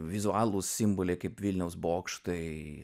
vizualūs simboliai kaip vilniaus bokštai